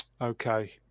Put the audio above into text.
Okay